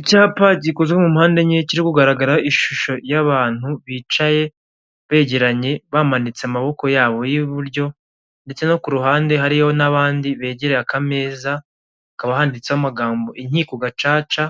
Icyapa gikozwe mu mpande enye, kiri kugaragara ishusho y'abantu bicaye begeranye bamanitse amaboko yabo y'iburyo, ndetse no ku ruhande hariyo n'abandi begereye akameza, hakaba handitseho amagambo, inkiko gacaca,